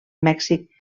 mèxic